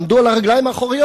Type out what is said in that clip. עמדו על הרגליים האחוריות,